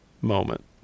moment